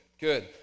good